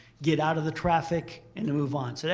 get out of the traffic, and move on. so yeah